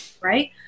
right